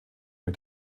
mit